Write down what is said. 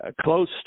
close